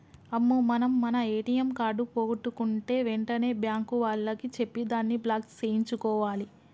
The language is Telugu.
అమ్మో మనం మన ఏటీఎం కార్డు పోగొట్టుకుంటే వెంటనే బ్యాంకు వాళ్లకి చెప్పి దాన్ని బ్లాక్ సేయించుకోవాలి